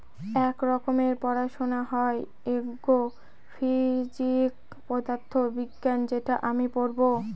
এক রকমের পড়াশোনা হয় এগ্রো ফিজিক্স পদার্থ বিজ্ঞান যেটা আমি পড়বো